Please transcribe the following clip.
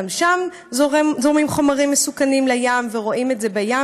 גם שם זורמים חומרים מסוכנים לים ורואים את זה בים,